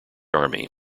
army